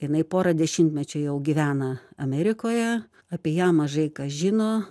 jinai porą dešimtmečių jau gyvena amerikoje apie ją mažai kas žino